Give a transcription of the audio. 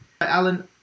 Alan